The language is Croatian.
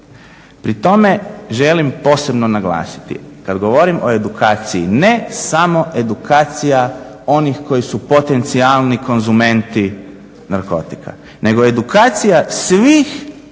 Pri tome želim posebno naglasiti kad govorim o edukaciji ne samo edukacija onih koji su potencijalni konzumenti narkotika nego edukacija svih